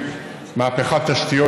משה ברקת,